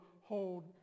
hold